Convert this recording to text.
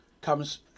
comes